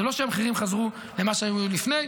זה לא שהמחירים חזרו למה שהיה לפני.